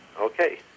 Okay